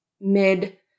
mid